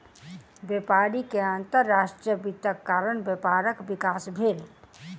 व्यापारी के अंतर्राष्ट्रीय वित्तक कारण व्यापारक विकास भेल